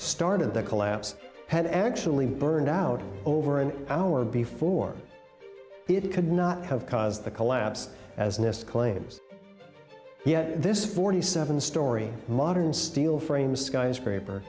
started the collapse had actually burned out over an hour before it could not have caused the collapse as nist claims this forty seven story modern steel frame skyscraper